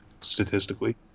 statistically